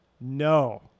No